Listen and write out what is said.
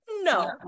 No